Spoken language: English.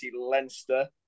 Leinster